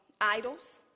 idols